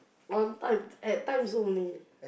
one time at times only